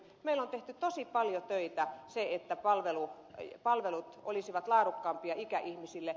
meillä on tehty tosi paljon töitä että palvelut olisivat laadukkaampia ikäihmisille